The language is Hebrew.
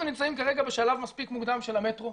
אנחנו נמצאים כרגע בשלב מספיק מוקדם של המטרו,